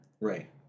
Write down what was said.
Right